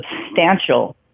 substantial